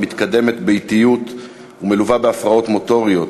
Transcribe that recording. המתקדמת באטיות ומלווה בהפרעות מוטוריות.